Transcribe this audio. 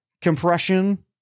compression